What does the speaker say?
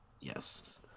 Yes